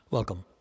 Welcome